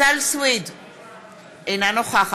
לגבי השאלה